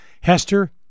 Hester